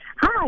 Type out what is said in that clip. Hi